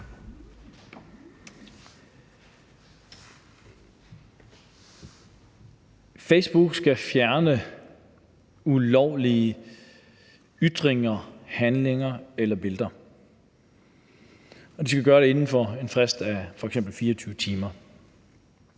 Facebook skal fjerne ulovlige ytringer, handlinger eller billeder, og de skal gøre det inden for en frist på f.eks. 24 timer.